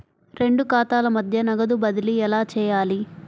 రెండు ఖాతాల మధ్య నగదు బదిలీ ఎలా చేయాలి?